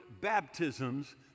baptisms